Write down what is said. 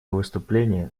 выступление